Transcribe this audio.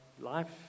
life